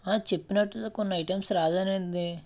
ఆ చేప్పినట్లు కొన్ని ఐటమ్స్ రాలేదండి